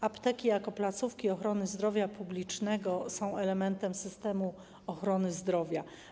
Apteki jako placówki ochrony zdrowia publicznego są elementem systemu ochrony zdrowia.